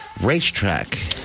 racetrack